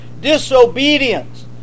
disobedience